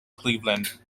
cleveland